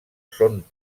són